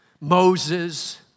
Moses